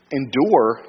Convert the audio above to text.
endure